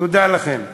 תודה לכם.